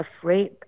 afraid